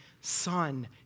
son